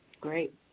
Great